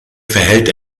verhält